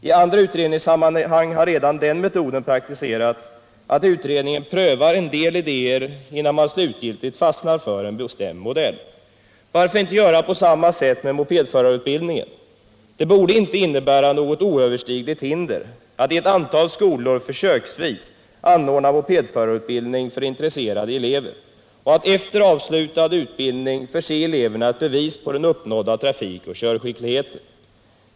I andra utredningssammanhang har redan den metoden praktiserats att utredningen prövat en del idéer innan man slutgiltigt fastnat för en bestämd modell. Varför inte göra på samma sätt med mopedförarutbildningen? Det borde inte innebära något oöverstigligt hinder att i ett antal skolor försöksvis anordna mopedförarutbildning för intresserade elever och att efter avslutad utbildning förse eleverna med ett bevis på den uppnådda trafikoch körskickligheten.